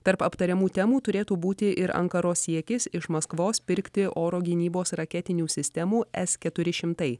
tarp aptariamų temų turėtų būti ir ankaros siekis iš maskvos pirkti oro gynybos raketinių sistemų s keturi šimtai